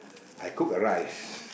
I cook a rice